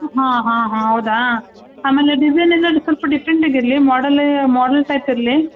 ಹಾಂ ಹಾಂ ಹಾಂ ಹೌದಾ ಆಮೇಲೆ ಡಿಸೈನ್ ಏನಾದರು ಸ್ವಲ್ಪ ಡಿಫ್ರೆಂಟಾಗಿ ಇರಲಿ ಮೋಡಲ್ಲಿ ಮಾಡಲ್ ಟೈಪ್ ಇರಲಿ